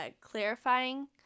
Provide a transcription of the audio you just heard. clarifying